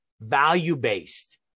value-based